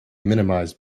minimized